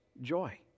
joy